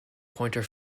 pointer